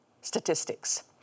statistics